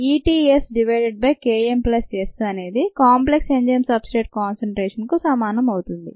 E t S divided by K m plus S అనేది complex enzyme substrate కాన్సన్ట్రేషన్కు సమానం అవుతుంది